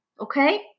okay